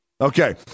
okay